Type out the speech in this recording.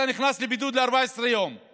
אתה נכנס ל-14 ימי בידוד.